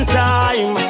time